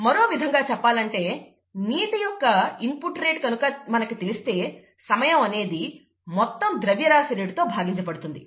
మరో విదంగా చెప్పాలంటే నీటి యొక్క ఇన్పుట్ రేట్ కనుక మనకు తెలిస్తే సమయం అనేది మొత్తం ద్రవ్యరాశి రేటుతో భాగించబడుతుంది